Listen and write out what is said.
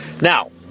Now